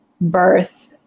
birth